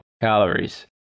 calories